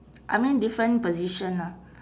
I mean different position lah